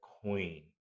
queen